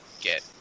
get